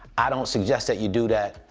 i don't suggest that you do that.